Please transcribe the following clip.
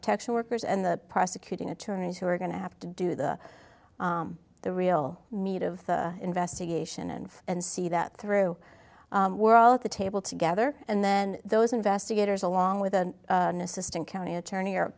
protection workers and the prosecuting attorneys who are going to have to do the the real meat of the investigation and and see that through we're all at the table together and then those investigators along with an assistant county attorney